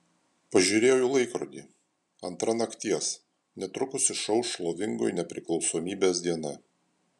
pažiūrėjau į laikrodį antra nakties netrukus išauš šlovingoji nepriklausomybės diena